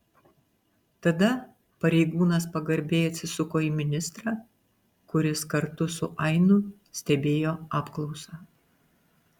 tada pareigūnas pagarbiai atsisuko į ministrą kuris kartu su ainu stebėjo apklausą